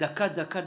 דקה לכל דובר.